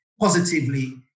Positively